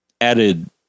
added